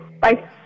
bye